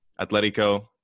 Atletico